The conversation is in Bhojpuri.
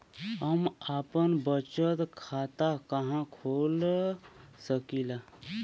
हम आपन बचत खाता कहा खोल सकीला?